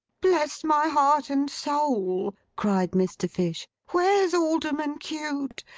bless my heart and soul cried mr. fish. where's alderman cute?